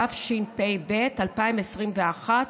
התשפ"ב 2021,